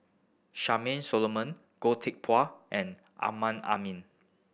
Charmaine Solomon Goh Teck Phuan and Amrin Amin